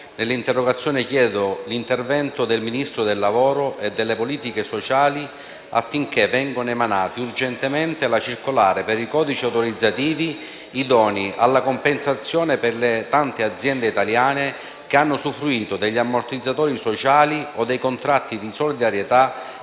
Nell'interrogazione chiedo l'intervento del Ministro del lavoro e delle politiche sociali affinché venga emanata urgentemente la circolare per i codici autorizzativi idonei alla compensazione per le tante aziende italiane che hanno usufruito degli ammortizzatori sociali o dei contratti di solidarietà